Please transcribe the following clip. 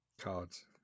Cards